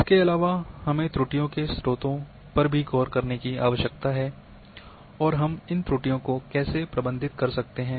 इसके अलावा हमें त्रुटियों के स्रोतों पर भी गौर करने की आवश्यकता है और हम इन त्रुटियों को कैसे प्रबंधित कर सकते हैं